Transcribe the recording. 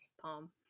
palm